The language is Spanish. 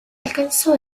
alcanzó